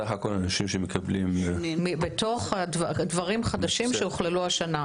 סך הכול אנשים שמקבלים --- בתוך דברים חדשים שהוכללו השנה.